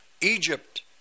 Egypt